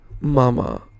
mama